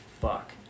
fuck